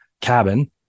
cabin